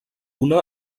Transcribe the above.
una